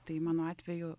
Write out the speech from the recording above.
tai mano atveju